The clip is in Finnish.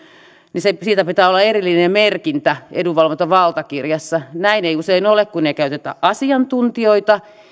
niin siitä pitää olla erillinen merkintä edunvalvontavaltakirjassa näin ei usein ole kun ei käytetä asiantuntijoita